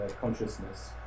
consciousness